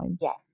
Yes